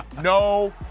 No